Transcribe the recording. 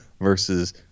versus